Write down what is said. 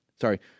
sorry